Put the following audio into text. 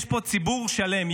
יש פה ציבור שלם,